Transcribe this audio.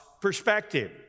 perspective